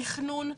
תכנון.